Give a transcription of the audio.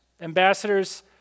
Ambassadors